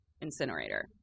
incinerator